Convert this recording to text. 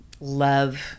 love